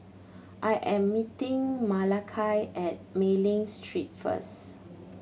I am meeting Malakai at Mei Ling Street first